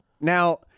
Now